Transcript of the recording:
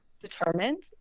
determined